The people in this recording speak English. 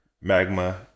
Magma